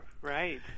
Right